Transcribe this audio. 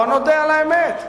בוא נודה על האמת.